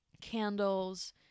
candles